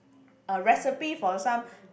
uh recipe for some